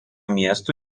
miestų